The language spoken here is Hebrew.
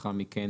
ולאחר מכן